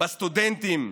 בסטודנטים,